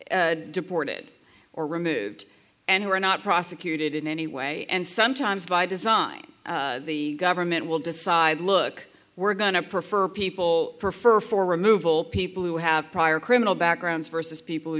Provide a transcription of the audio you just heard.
not deported or removed and who are not prosecuted in any way and sometimes by design the government will decide look we're going to prefer people prefer for removal people who have prior criminal backgrounds versus people who